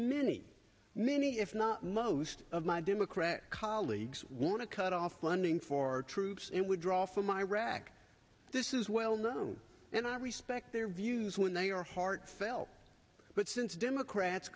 many many if not most of my democrat colleagues want to cut off funding for troops and would draw from iraq this is well known and i respect their views when they are heartfelt but since democrats